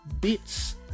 bits